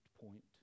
point